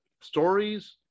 stories